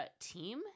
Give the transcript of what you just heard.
team